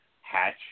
hatch